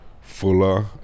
fuller